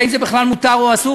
האם זה בכלל מותר או אסור